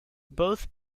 both